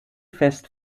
fest